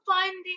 finding